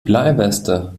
bleiweste